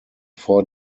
four